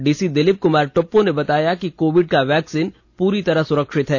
DC Dilip Kumar Toppo ने बताया कि कोविड का वैक्सीन पूरी तरह सुरक्षित है